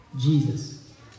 Jesus